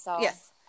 Yes